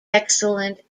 excellent